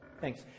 Thanks